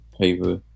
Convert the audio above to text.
paper